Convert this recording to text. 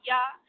Yah